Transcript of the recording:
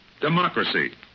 Democracy